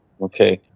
okay